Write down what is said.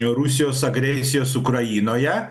rusijos agresijos ukrainoje